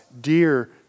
dear